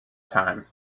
time